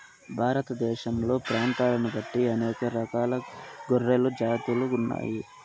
భారతదేశంలో ప్రాంతాలను బట్టి అనేక రకాల గొర్రెల జాతులు ఉన్నాయి